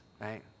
right